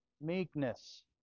meekness